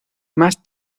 más